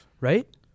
right